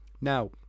Now